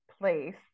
place